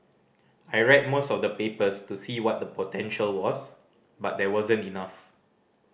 I read most of the papers to see what the potential was but there wasn't enough